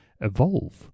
evolve